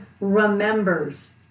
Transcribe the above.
remembers